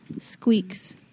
squeaks